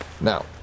Now